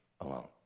alone